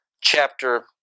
chapter